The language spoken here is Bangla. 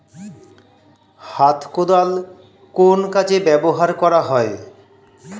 হাত কোদাল কোন কাজে ব্যবহার করা হয়?